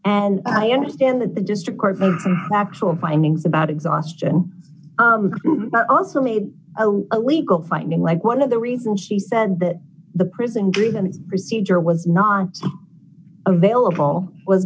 and i understand that the district court actually findings about exhaustion but also made a legal fighting like one of the reasons she said that the prison grievance procedure was not available was